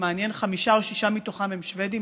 זה מעניין, חמישה או שישה מתוכם הם שוודים.